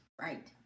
right